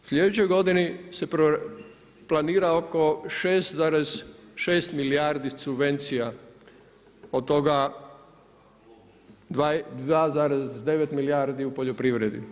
U slijedećoj godini se planira oko 6,6 milijardi subvencija, od toga 2,9 milijardi u poljoprivredi.